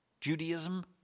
Judaism